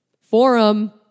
Forum